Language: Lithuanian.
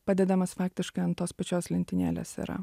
padedamas faktiškai ant tos pačios lentynėlės yra